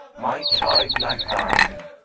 my child, like thine,